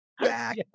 back